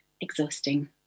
exhausting